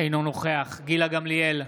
אינו נוכח גילה גמליאל,